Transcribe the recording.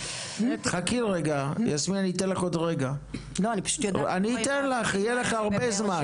חכי רגע יסמין, אני אתן לך, יהיה לך הרבה זמן.